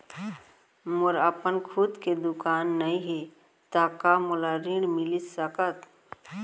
मोर अपन खुद के दुकान नई हे त का मोला ऋण मिलिस सकत?